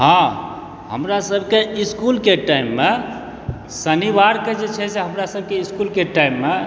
हँ हमरासभके इसकुलके टाइममे शनिवारके जे छै से हमरासभके इसकुलके टाइममे